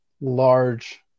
large